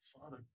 Father